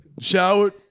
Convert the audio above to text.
Showered